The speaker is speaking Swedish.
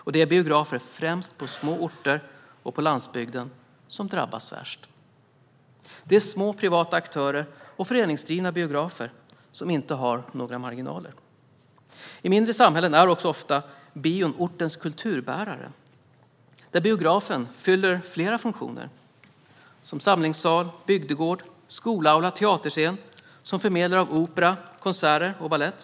De som drabbas värst är oftast biografer på små orter och på landsbygden. Det är små privata aktörer och föreningsdrivna biografer som inte har några marginaler. I mindre samhällen är bion också ofta ortens kulturbärare. Biografen fyller flera funktioner, som samlingssal, bygdegård, skola, teaterscen och förmedlare av opera, konserter och balett.